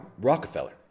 Rockefeller